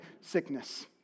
sickness